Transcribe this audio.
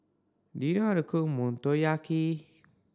do you how to cook Motoyaki